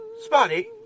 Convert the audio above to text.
Spotty